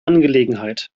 angelegenheit